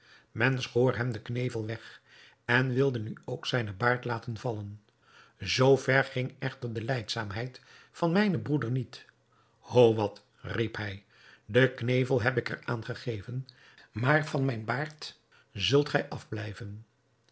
men schoor hem den knevel weg en wilde nu ook zijnen baard laten vallen zoo ver ging echter de leidzaamheid van mijnen broeder niet ho wat riep hij den knevel heb ik er aan gegeven maar van mijn baard zult gij afblijven